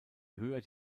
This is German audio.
höher